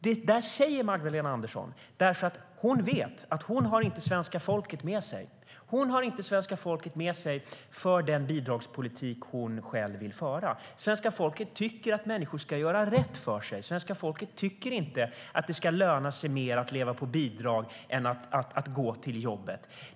Det säger Magdalena Andersson därför att hon vet att hon inte har svenska folket med sig. Hon har inte svenska folket med sig för den bidragspolitik hon vill föra. Svenska folket tycker att människor ska göra rätt för sig. Svenska folket tycker inte att det ska löna sig mer att leva på bidrag än att gå till jobbet.